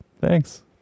thanks